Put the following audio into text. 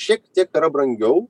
šiek tiek yra brangiau